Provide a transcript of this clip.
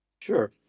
Sure